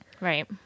Right